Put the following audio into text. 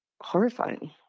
horrifying